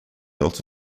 also